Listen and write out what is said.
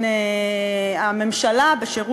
להגיד